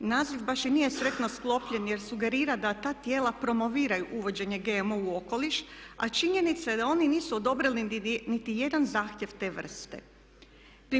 Naziv baš i nije sretno sklopljen jer sugerira da ta tijela promoviraju uvođenje GMO u okoliš, a činjenica je da oni nisu odobrili niti jedan zahtjev te vrste.